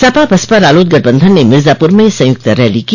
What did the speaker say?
सपा बसपा रालोद गठबंधन ने मिर्जापुर में संयुक्त रैली की